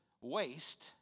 waste